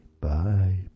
Bye